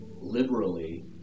liberally